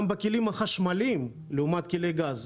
גם בכלים החשמליים לעומת כלי גז,